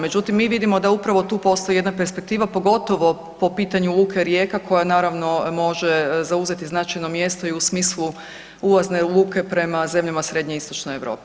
Međutim, mi vidimo da upravo tu postoji jedna perspektiva pogotovo po pitanju luke Rijeka koja naravno može zauzeti značajno mjesto i u smislu ulazne luke prema zemljama Srednje i Istočne Europe.